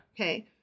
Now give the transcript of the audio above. Okay